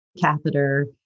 catheter